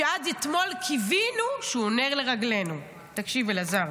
שעד אתמול קיווינו שהוא נר לרגלינו" תקשיב, אלעזר,